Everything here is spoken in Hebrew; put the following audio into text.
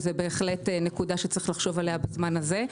וזו בהחלט נקודה שצריך לחשוב עליה בזמן הזה.